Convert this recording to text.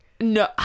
No